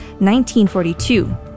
1942